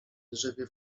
drzewie